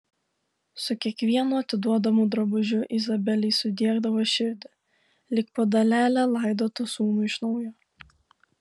su kiekvienu atiduodamu drabužiu izabelei sudiegdavo širdį lyg po dalelę laidotų sūnų iš naujo